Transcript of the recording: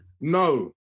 No